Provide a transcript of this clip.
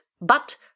But